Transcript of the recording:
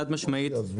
חד משמעית,